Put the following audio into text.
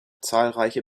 zahlreiche